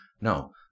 no